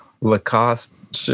Lacoste